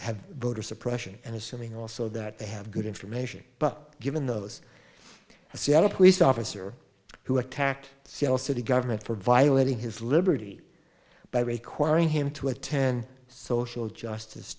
have voted suppression and assuming also that they have good information but given those seattle police officer who attacked c l city government for violating his liberty by requiring him to attend social just